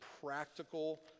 practical